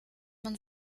man